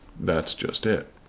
that's just it.